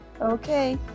Okay